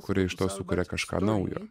kurie iš to sukuria kažką naujo